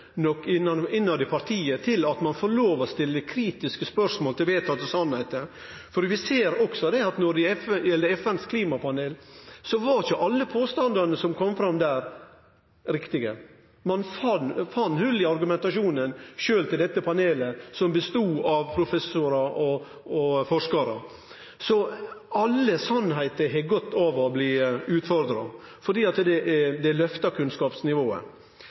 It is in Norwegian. partiet til at vi får lov til å stille kritiske spørsmål til vedtatte sanningar. Vi ser også det at når det gjeld FNs klimapanel, var ikkje alle påstandane som kom fram der, riktige. Ein fann hol sjølv i argumentasjonen til dette panelet som var sett saman av professorar og forskarar. Alle sanningar har godt av å bli utfordra, for det løftar kunnskapsnivået. Kor vidt eg er ein klimaskeptikar eller ikkje, det